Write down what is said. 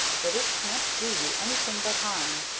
that it can't do you anything but harm?